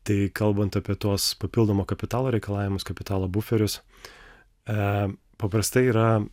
tai kalbant apie tuos papildomo kapitalo reikalavimus kapitalo buferius e paprastai yra